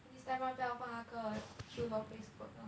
this time round 不要放那个 peeler face coat lor